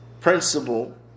principle